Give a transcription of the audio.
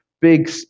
big